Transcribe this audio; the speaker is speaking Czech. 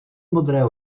modré